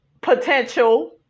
potential